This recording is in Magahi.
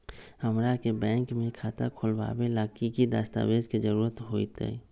हमरा के बैंक में खाता खोलबाबे ला की की दस्तावेज के जरूरत होतई?